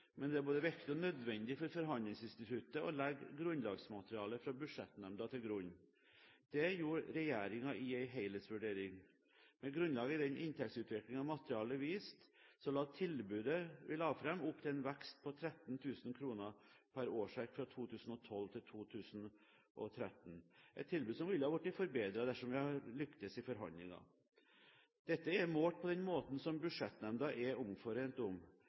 men det er både viktig og nødvendig for forhandlingsinstituttet å legge grunnlagsmaterialet fra Budsjettnemnda til grunn. Det gjorde regjeringen i en helhetsvurdering. Med grunnlag i den inntektsutviklingen materialet viste, la tilbudet vi la fram, opp til en vekst på 13 000 kr per årsverk fra 2012 til 2013 – et tilbud som ville blitt forbedret dersom vi hadde lyktes i forhandlingene. Dette er målt på den måten som Budsjettnemnda er omforent om.